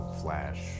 Flash